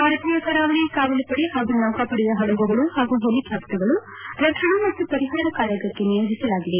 ಭಾರತೀಯ ಕರಾವಳಿ ಕಾವಲುಪಡೆ ಹಾಗೂ ನೌಕಾಪಡೆಯ ಪಡಗುಗಳು ಹಾಗೂ ಹೆಲಿಕಾಪ್ಲರ್ಗಳು ರಕ್ಷಣಾ ಮತ್ತು ಪರಿಹಾರ ಕಾರ್ಯಕ್ನಾಗಿ ನಿಯೋಜಿಸಲಾಗಿದೆ